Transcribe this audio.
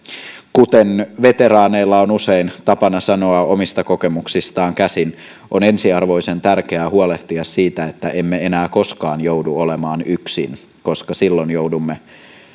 kuten veteraaneilla on usein tapana sanoa omista kokemuksistaan käsin on ensiarvoisen tärkeää huolehtia siitä että emme enää koskaan joudu olemaan yksin koska silloin joudumme